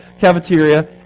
cafeteria